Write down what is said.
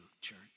church